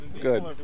Good